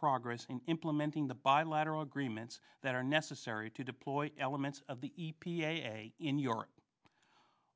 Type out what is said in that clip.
progress in implementing the bilateral agreements that are necessary to deploy elements of the e p a in your